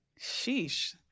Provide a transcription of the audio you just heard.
Sheesh